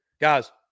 Guys